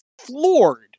floored